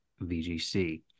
VGC